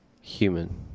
human